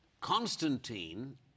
Constantine